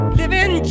living